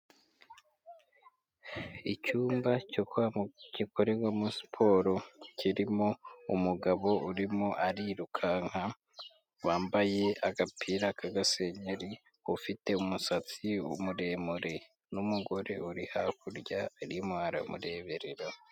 Icyumba cyo kwa muganga gikorerwamo siporo kirimo umugabo urimo arirukanka, wambaye agapira k'agasengeri ufite umusatsi muremure n'umugore uri hakurya urimo aramureberera.